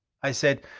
i said,